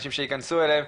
אנשים שייכנסו אליהם,